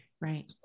Right